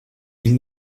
ils